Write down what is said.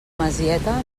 masieta